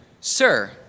Sir